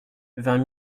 vingt